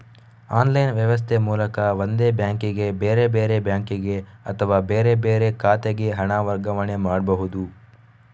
online ವ್ಯವಸ್ಥೆ ಮೂಲಕ ಒಂದೇ ಬ್ಯಾಂಕಿಗೆ, ಬೇರೆ ಬೇರೆ ಬ್ಯಾಂಕಿಗೆ ಅಥವಾ ಬೇರೆ ಬೇರೆ ಖಾತೆಗೆ ಹಣ ವರ್ಗಾವಣೆ ಮಾಡ್ಬಹುದು